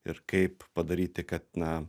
ir kaip padaryti kad na